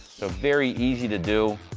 so very easy to do.